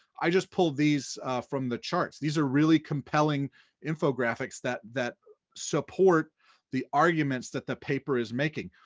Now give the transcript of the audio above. i just pulled these from the charts, these are really compelling infographics that that support the arguments that the paper is making.